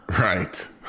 right